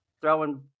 throwing